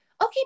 Okay